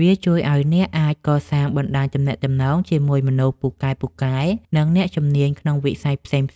វាជួយឱ្យអ្នកអាចកសាងបណ្តាញទំនាក់ទំនងជាមួយមនុស្សពូកែៗ និងអ្នកជំនាញក្នុងវិស័យផ្សេងៗ